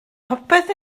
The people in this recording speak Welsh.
popeth